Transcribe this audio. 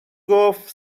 گفت